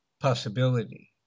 possibility